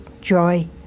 joy